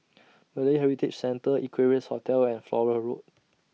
Malay Heritage Centre Equarius Hotel and Flora Road